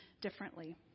differently